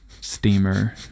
steamer